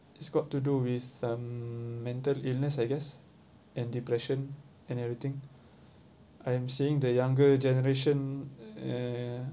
it's got to do um with mental illness I guess and depression and everything I am seeing the younger generation uh